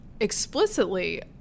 explicitly